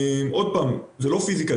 זה לא פיסיקה,